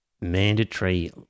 mandatory